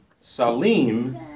Salim